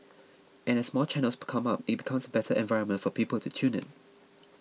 and as more channels become up it becomes a better environment for people to tune in